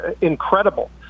incredible